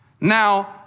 Now